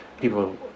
people